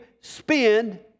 spend